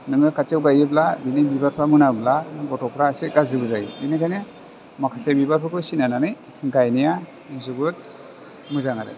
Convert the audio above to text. नोंङो काथियाव गायोब्ला बिनि बिबारफ्रा मोनामोब्ला गथ'फ्रा एसे गाज्रिबो जायो बेनिखाइनो माखासे बिबारफोरखौ सिनाइनानै गायनाया जोबोद मोजां आरो